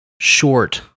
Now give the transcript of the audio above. short